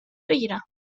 بکیرم